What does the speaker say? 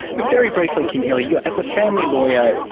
very briefly, kim healy, yeah as a family lawyer,